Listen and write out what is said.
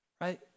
right